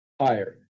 higher